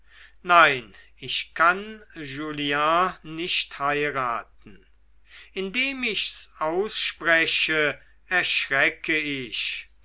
nein ich kann julien nicht heiraten indem ich's ausspreche erschrecke ich